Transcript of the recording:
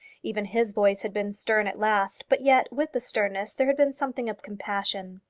even his voice had been stern at last, but yet, with the sternness, there had been something of compassion.